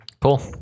cool